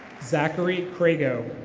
zachary crego.